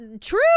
true